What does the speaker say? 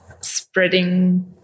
spreading